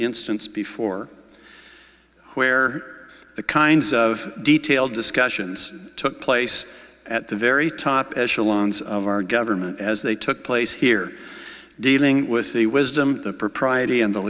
instance before where the kinds of detailed discussions took place at the very top echelons of our government as they took place here dealing with the wisdom the propriety and the